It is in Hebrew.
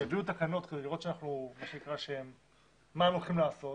ושיביאו תקנות כדי שנראה מה הם הולכים לעשות.